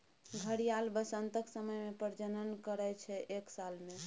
घड़ियाल बसंतक समय मे प्रजनन करय छै एक साल मे